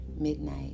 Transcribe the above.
Midnight